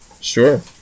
sure